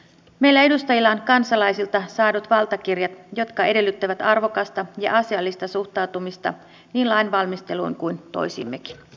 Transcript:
meillä edustajilla on kansalaisilta saadut valtakirjat jotka edellyttävät arvokasta ja asiallista suhtautumista niin lainvalmisteluun kuin toisiimmekine